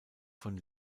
von